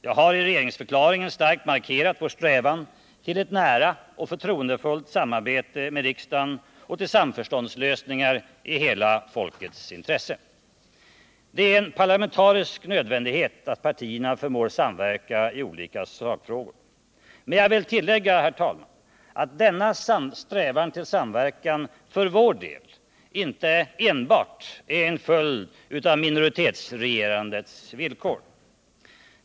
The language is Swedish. Jag har i regeringsförklaringen starkt markerat vår strävan till ett nära och förtroendefullt samarbete med riksdagen och till samförståndslösningar i hela folkets intresse. Det är en parlamentarisk nödvändighet att partierna förmår samverka i olika sakfrågor. Men jag vill tillägga, herr talman, att denna strävan till samverkan för vår del inte enbart är en följd av minoritetsregerandets villkor.